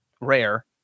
rare